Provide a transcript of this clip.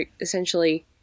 essentially